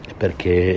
perché